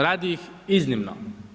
Radi ih iznimno.